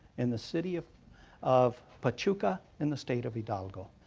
in the city of of pachuca, in the state of hidalgo.